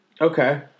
Okay